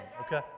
okay